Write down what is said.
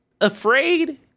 afraid